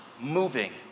moving